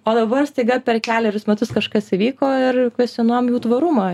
o dabar staiga per kelerius metus kažkas įvyko ir kvestionuojam jų tvarumą